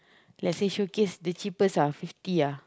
let's say showcase the cheapest ah fifty ah